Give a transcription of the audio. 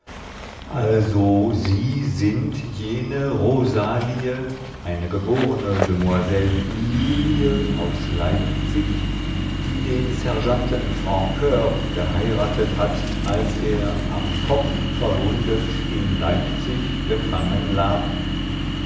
also sie sind jene rosalie eine geborne demoiselle lilie aus leipzig die den sergeanten francur geheiratet hat als er am kopf verwundet in leipzig gefangen lagt